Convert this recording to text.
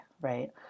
right